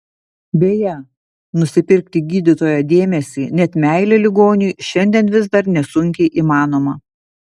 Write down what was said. beje nusipirkti gydytojo dėmesį net meilę ligoniui šiandien vis dar nesunkiai įmanoma